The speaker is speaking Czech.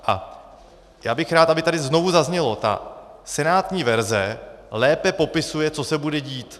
A já bych rád, aby tady znovu zaznělo, ta senátní verze lépe popisuje, co se bude dít.